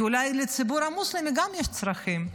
כי אולי גם לציבור המוסלמי יש צרכים,